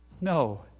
No